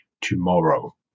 tomorrow